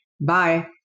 Bye